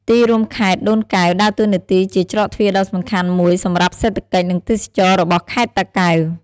ទីរួមខេត្តដូនកែវដើរតួនាទីជាច្រកទ្វារដ៏សំខាន់មួយសម្រាប់សេដ្ឋកិច្ច និងទេសចរណ៍របស់ខេត្តតាកែវ។